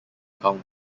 county